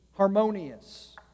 Harmonious